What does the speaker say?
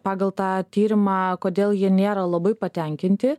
pagal tą tyrimą kodėl jie nėra labai patenkinti